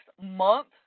month